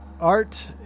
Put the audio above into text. Art